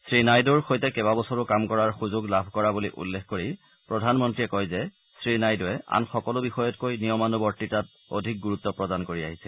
শ্ৰী নাইডুৰ সৈতে কেইবাবছৰো কাম কৰাৰ সুযোগ লাভ কৰা বুলি উল্লেখ কৰি প্ৰধানমন্ত্ৰীয়ে কয় যে শ্ৰী নাইডুৱে আন সকলো বিষয়তকৈ নিয়মানুবৰ্তিতাত অধিক গুৰুত্ব প্ৰদান কৰি আহিছে